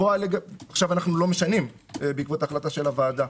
עכשיו אנחנו לא משנים בעקבות החלטת הוועדה,